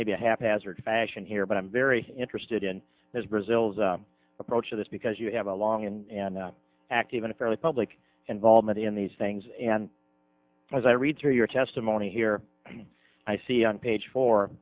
maybe a haphazard fashion here but i'm very interested in this brazil's approach to this because you have a long and active in a fairly public involvement in these things and as i read through your testimony here i see on page four